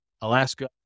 Alaska